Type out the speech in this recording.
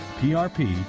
PRP